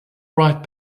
right